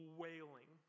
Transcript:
wailing